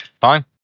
fine